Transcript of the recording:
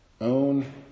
own